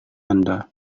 anda